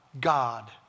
God